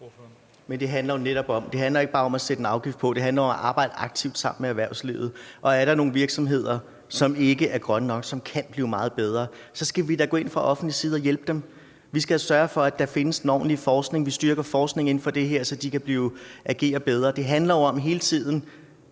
det handler netop ikke bare om at sætte en afgift på, det handler jo om at arbejde aktivt sammen med erhvervslivet, og er der nogle virksomheder, som ikke er grønne nok, og som kan blive meget bedre, så skal vi da gå ind fra offentlig side og hjælpe dem. Vi skal sørge for, at der findes en ordentlig forskning og styrke forskningen inden for det her, så de kan agere bedre. Det handler jo hele tiden